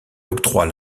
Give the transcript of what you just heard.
octroie